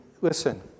listen